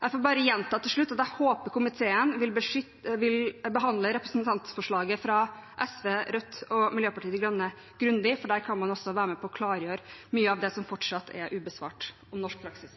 Jeg får til slutt bare gjenta at jeg håper komiteen vil behandle representantforslaget fra SV, Rødt og Miljøpartiet De Grønne grundig, for da kan man også være med på å klargjøre mye av det som fortsatt er ubesvart om norsk praksis.